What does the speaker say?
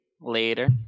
later